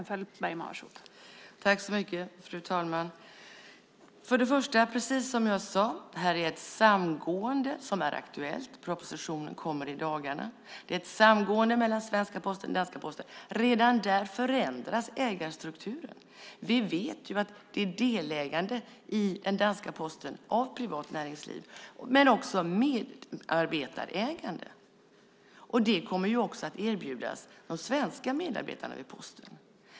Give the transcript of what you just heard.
Fru talman! Precis som jag sade är det ett samgående som är aktuellt. Propositionen kommer i dagarna. Det är ett samgående mellan svenska Posten och danska Posten. Redan där förändras ägarstrukturen. Vi vet ju att det är ett delägande i den danska posten av privat näringsliv men också ett medarbetarägande. Det kommer också att erbjudas de svenska medarbetarna vid Posten.